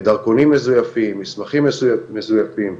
דרכונים מזויפים, מסמכים מזויפים,